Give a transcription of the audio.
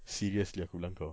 seriously aku bilang kau